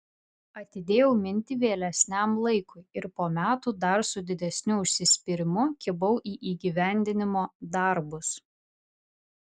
atidėjau mintį vėlesniam laikui ir po metų dar su didesniu užsispyrimu kibau į įgyvendinimo darbus